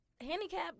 Handicap